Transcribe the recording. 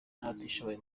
n’abatishoboye